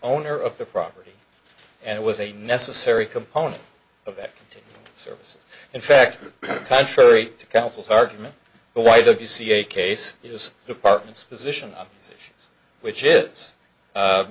owner of the property and it was a necessary component of that service in fact contrary to councils argument but why don't you see a case is department's position